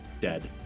dead